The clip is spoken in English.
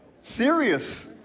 Serious